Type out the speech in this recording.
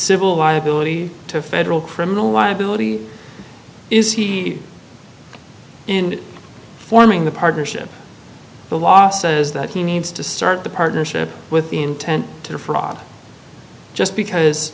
civil liability to federal criminal liability is he in forming the partnership the law says that he needs to start the partnership with intent to fraud just because